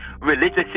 religious